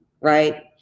right